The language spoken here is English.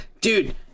dude